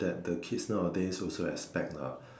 that the kids nowadays also expect lah